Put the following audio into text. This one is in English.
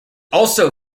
also